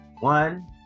One